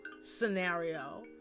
scenario